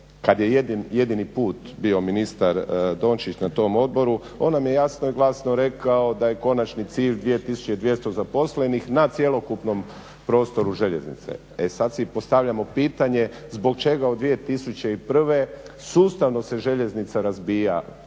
kad je jedini put bio ministar Dončić na tom odboru, on nam je jasno i glasno rekao da je konačni cilj 2200 zaposlenih na cjelokupnom prostoru željeznice. E sad si postavljamo pitanje zbog čega od 2001. sustavno se željeznica razbija,